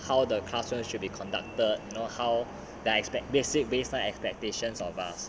how the classroom should be conducted you know how their expect their basic baseline expectations of us